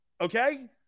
Okay